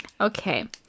okay